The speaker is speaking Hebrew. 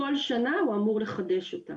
כל שנה הוא אמור לחדש אותה.